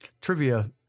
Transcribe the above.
Trivia